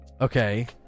Okay